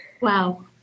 Wow